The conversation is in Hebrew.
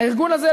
הארגון הזה,